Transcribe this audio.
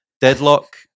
Deadlock